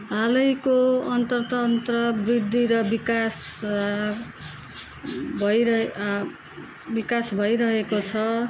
हालैको अर्थर्तन्त्र वृद्धि र विकास भइरहे विकास भइरहेको छ